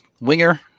Winger